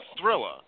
thriller